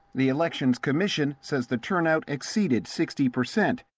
the elections commission says the turnout exceeded sixty percent.